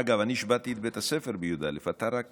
אגב, אני הִשְׁבַּתִּי את בית הספר בי"א, אתה רק